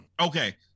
Okay